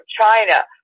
China